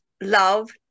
love